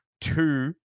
two